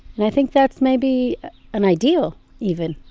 and i think that's maybe an ideal even,